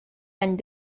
any